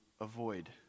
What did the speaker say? avoid